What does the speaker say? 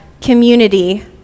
community